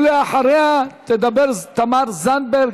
אחריו תדבר תמר זנדברג,